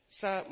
sa